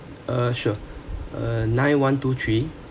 uh sure uh nine one two three